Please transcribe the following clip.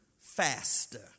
faster